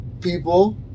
people